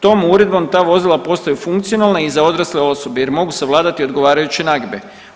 Tom uredbom ta vozila postaju funkcionalna i za odrasle osobe jer mogu savladati odgovarajuće nagibe.